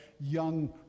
young